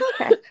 Okay